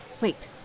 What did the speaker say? Wait